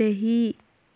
रइही